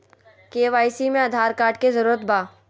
KYC में Aadhaar card के जरूरत बा?